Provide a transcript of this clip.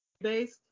based